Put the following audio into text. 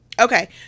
okay